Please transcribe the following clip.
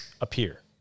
appear